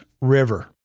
River